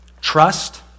trust